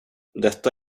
detta